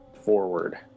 forward